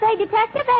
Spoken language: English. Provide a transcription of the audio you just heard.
Detective